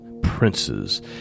princes